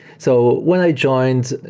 so when i joined,